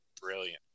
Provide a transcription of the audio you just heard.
Brilliant